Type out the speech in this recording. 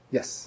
Yes